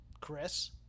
Chris